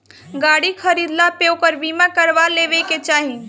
गाड़ी खरीदला पे ओकर बीमा करा लेवे के चाही